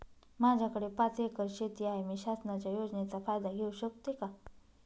माझ्याकडे पाच एकर शेती आहे, मी शासनाच्या योजनेचा फायदा घेऊ शकते का?